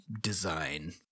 design